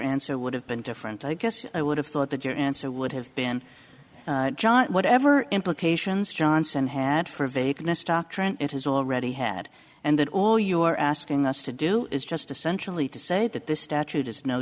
answer would have been different i guess i would have thought that your answer would have been john whatever implications johnson had for vagueness doctrine it has already had and that all you're asking us to do is just essentially to say that this statute is no